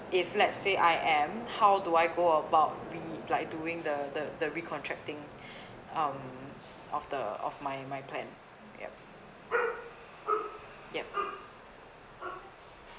if let's say I am how do I go about re~ like doing the the recontract thing um of the of my my plan yup yup